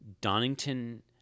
Donington